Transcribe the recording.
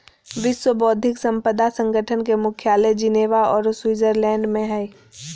विश्व बौद्धिक संपदा संगठन के मुख्यालय जिनेवा औरो स्विटजरलैंड में हइ